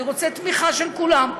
רוצה תמיכה של כולם.